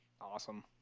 Awesome